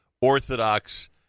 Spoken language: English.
Orthodox